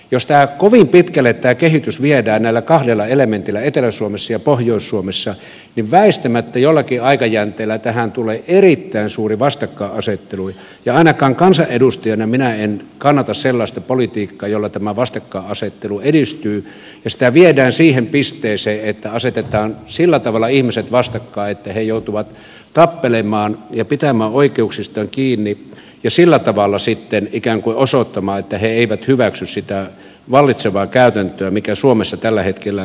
jos tämä kehitys kovin pitkälle viedään näillä kahdella elementillä etelä suomessa ja pohjois suomessa väistämättä jollakin aikajänteellä tähän tulee erittäin suuri vastakkainasettelu ja ainakaan kansanedustajana minä en kannata sellaista politiikkaa jolla tämä vastakkainasettelu edistyy ja sitä viedään siihen pisteeseen että asetetaan sillä tavalla ihmiset vastakkain että he joutuvat tappelemaan ja pitämään oikeuksistaan kiinni ja sillä tavalla sitten ikään kuin osoittamaan että he eivät hyväksy sitä vallitsevaa käytäntöä mikä suomessa tällä hetkellä vallitsee